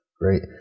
great